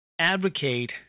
advocate